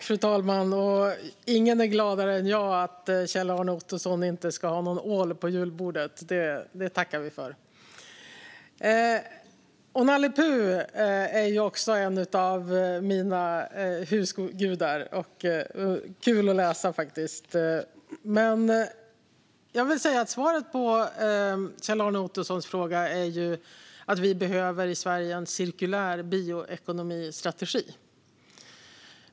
Fru talman! Ingen är gladare än jag över att Kjell-Arne Ottosson inte ska ha någon ål på julbordet. Det tackar vi för. Och Nalle Puh är också en av mina husgudar och kul att läsa, faktiskt. Jag vill säga att svaret på Kjell-Arne Ottossons fråga är att vi i Sverige behöver en cirkulär bioekonomistrategi.